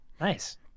Nice